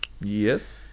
Yes